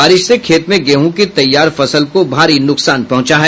बारिश से खेत में गेहूँ की तैयार फसल को भारी नुकसान पहुंचा है